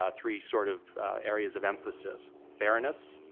ah three sort of areas of emphasis fairness,